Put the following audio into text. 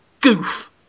goof